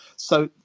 so,